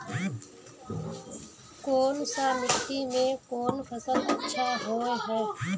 कोन सा मिट्टी में कोन फसल अच्छा होय है?